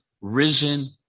risen